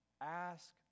Ask